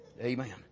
Amen